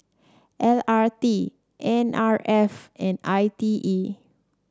L R T N R F and I T E